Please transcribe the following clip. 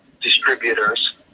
distributors